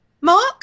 Mark